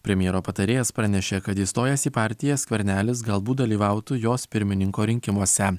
premjero patarėjas pranešė kad įstojęs į partiją skvernelis galbūt dalyvautų jos pirmininko rinkimuose